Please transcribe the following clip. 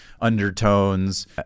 undertones